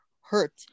hurt